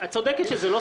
הבהרת.